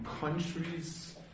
countries